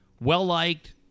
well-liked